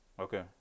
okay